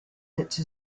its